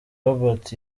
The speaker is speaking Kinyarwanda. robot